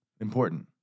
Important